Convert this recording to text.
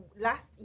last